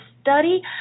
study